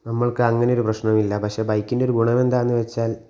നമ്മൾക്ക് അങ്ങനെയൊരു പ്രശ്നമില്ല പക്ഷേ ബൈക്കിൻ്റെ ഒരു ഗുണമെന്താന്ന് വച്ചാൽ